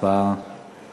ההצעה להעביר